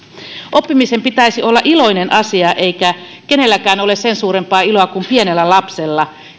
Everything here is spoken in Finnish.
oppimisen pitäisi olla iloinen asia eikä kenelläkään ole sen suurempaa iloa kuin pienellä lapsella